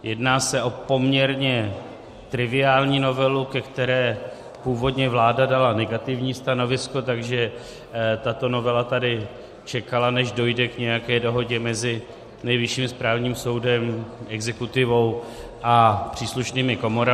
Jedná se o poměrně triviální novelu, ke které původně vláda dala negativní stanovisko, takže tato novela tady čekala, než dojde k nějaké dohodě mezi Nejvyšším správním soudem, exekutivou a příslušnými komorami.